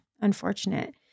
unfortunate